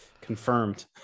Confirmed